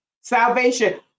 Salvation